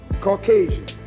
Caucasian